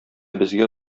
безгә